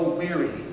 weary